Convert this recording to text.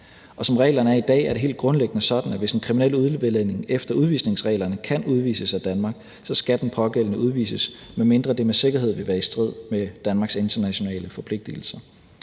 Som reglerne er i dag, er det helt grundlæggende sådan, at hvis en kriminel udlænding efter udvisningsreglerne kan udvises af Danmark, skal den pågældende udvises, medmindre det med sikkerhed ville være i strid med Danmarks internationale forpligtigelser.